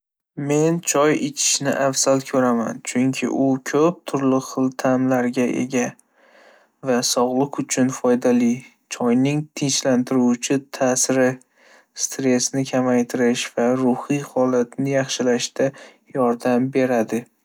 Men choy ichishni afzal ko'raman, chunki u ko'p turli xil ta'mlarga ega va sog'liq uchun foydali. Choyning tinchlantiruvchi ta'siri, stressni kamaytirish va ruhiy holatni yaxshilashda yordam beradi.